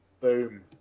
Boom